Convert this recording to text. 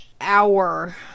hour